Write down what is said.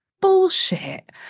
bullshit